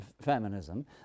feminism